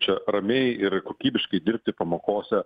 čia ramiai ir kokybiškai dirbti pamokose